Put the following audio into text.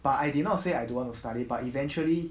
but I did not say I don't want to study but eventually